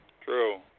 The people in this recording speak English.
True